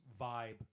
vibe